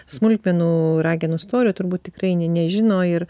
smulkmenų ragenų storio turbūt tikrai ne nežino ir